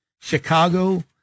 Chicago